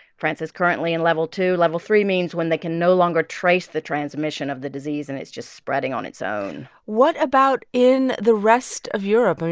france is currently in level two. level three means when they can no longer trace the transmission of the disease, and it's just spreading on its own what about in the rest of europe? and